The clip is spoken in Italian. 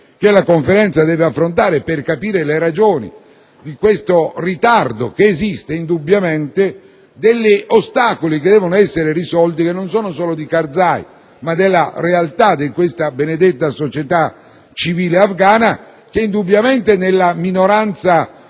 che la Conferenza deve affrontare per capire le ragioni di un ritardo che indubbiamente esiste, degli ostacoli che devono essere risolti, che non sono solo di Karzai, ma della realtà di questa benedetta società civile afghana. Una società che indubbiamente, nella sua minoranza